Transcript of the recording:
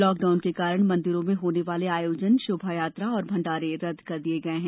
lockdown के कारण मंदिरों में होने वाले आयोजन शोभा यात्रा और भंडारे रदद कर दिये गये हैं